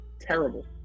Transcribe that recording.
terrible